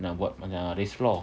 nak buat banyak raised floor